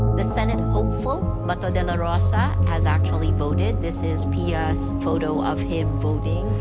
the senate hopeful, bato dela rosa has actually voted. this is pia's photo of him voting.